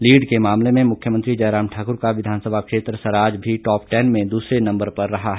lead के मामले में मुख्यमंत्री जयराम ठाकुर का विधानसभा क्षेत्र सराज भी टॉप टेन में दूसरे नंबर पर रहा है